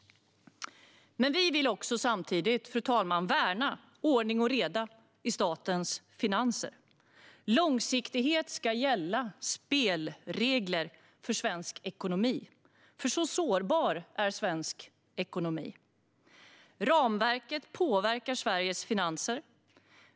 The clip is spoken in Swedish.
Vi vill dock samtidigt värna ordning och reda i statens finanser, fru talman. Långsiktighet ska prägla spelreglerna för svensk ekonomi. Så sårbar är nämligen svensk ekonomi. Ramverket påverkar Sveriges finanser.